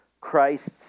Christ's